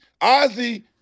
Ozzy